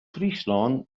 fryslân